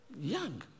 Young